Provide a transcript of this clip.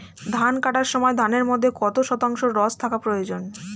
ধান কাটার সময় ধানের মধ্যে কত শতাংশ রস থাকা প্রয়োজন?